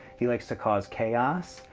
he likes to cause chaos,